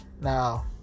Now